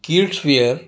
kids wear